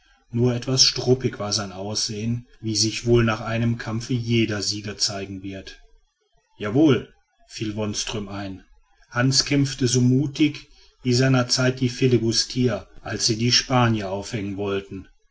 nur etwas struppig war sein aussehen wie sich wohl nach einem kampfe jeder sieger zeigen wird jawohl fiel wonström ein hans kämpfte so mutig wie seiner zeit die flibustier als sie die spanier aufhängen wollten